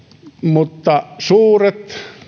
mutta suuret